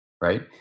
Right